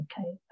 okay